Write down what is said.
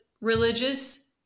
religious